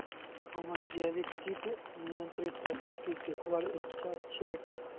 हमाक जैविक कीट नियंत्रण तकनीक सीखवार इच्छा छ